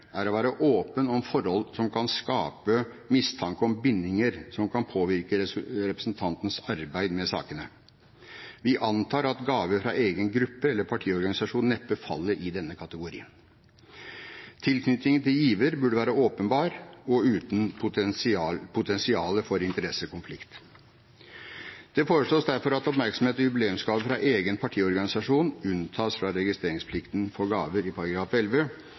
er å være åpen om forhold som kan skape mistanke om bindinger som kan påvirke representantens arbeid med sakene. Vi antar at gaver fra egen gruppe eller partiorganisasjon neppe faller i denne kategorien. Tilknytningen til giver burde være åpenbar og uten potensial for interessekonflikt. Det foreslås derfor at oppmerksomhets- og jubileumsgaver fra egen partiorganisasjon unntas fra registreringsplikten for gaver i